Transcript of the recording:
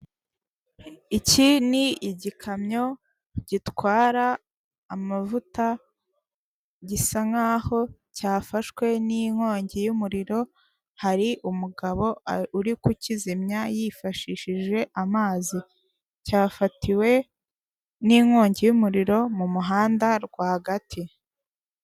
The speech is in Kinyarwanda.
Iki ni igikamyo gitwara amavuta gisa nk'aho cyafashwe n'inkongi y'umuriro hari umugabo uri kukizimya yifashishije amazi cyafatiwe n'inkongi y'umuriro mu muhanda rwagati.